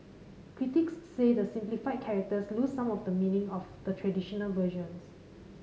critics say the simplified characters lose some of the meaning of the traditional versions